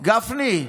גפני,